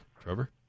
Trevor